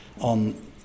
on